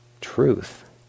truth